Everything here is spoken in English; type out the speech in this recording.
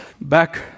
Back